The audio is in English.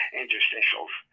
interstitials